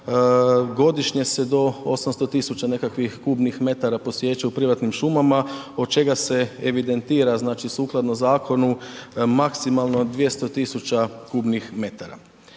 godišnje se do 800 000 nekakvih m3 posječe u privatnim šumama, od čega se evidentira znači sukladno zakonu maksimalno 200 000 m3.